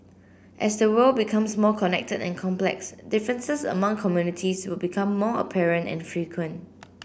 as the world becomes more connected and complex differences among communities will become more apparent and frequent